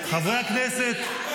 חברי הכנסת,